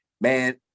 Man